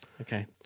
Okay